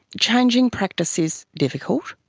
changing practice is difficult.